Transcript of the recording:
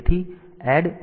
તેથી ADDC Aબાઇટ છે